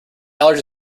allergy